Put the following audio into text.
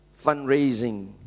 fundraising